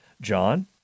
John